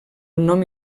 nom